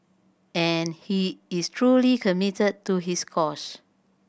and he is truly committed to this cause